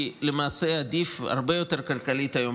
כי למעשה עדיף הרבה יותר כלכלית היום